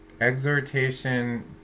Exhortation